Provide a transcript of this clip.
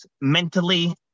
mentally